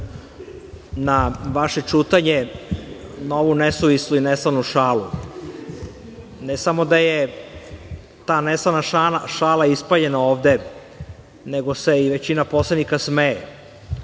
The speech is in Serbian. na vaše ćutanje, na ovu nesuvisnu i neslanu šalu. Ne samo da je ta neslana šala ispaljena ovde, nego se i većina poslanika smeje,